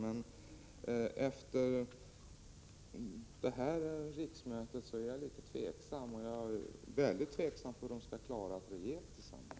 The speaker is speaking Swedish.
Efter detta riksmöte är jag tveksam till det och jag är mycket tveksam till hur de skall klara att regera tillsammans.